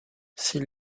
s’il